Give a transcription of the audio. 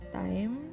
time